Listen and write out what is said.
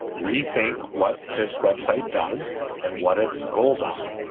rethink what this web site does and what its goals are?